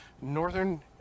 northern